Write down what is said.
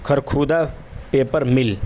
Kharkhoda paper مل